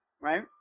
right